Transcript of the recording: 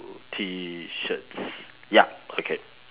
T shirts ya okay